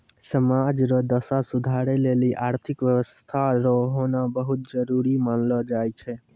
समाज रो दशा सुधारै लेली आर्थिक व्यवस्था रो होना बहुत जरूरी मानलौ जाय छै